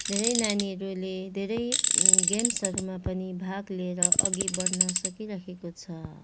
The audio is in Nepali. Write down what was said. धेरै नानीहरूले धेरै गेम्सहरूमा पनि भाग लिएर अघि बढ्न सकिराखेको छ